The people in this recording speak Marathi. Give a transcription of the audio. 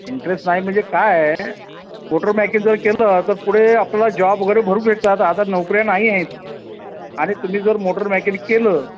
इंटरेस्ट नाही म्हणजे काय आहे मोटर मेकॅनिक जर केलं तर पुढे आपल्याला जॉब वगैरे भरपूर भेटतात आता नोकर्या नाहीयेत आणि तुम्ही जर मोटर मेकॅनिक केलं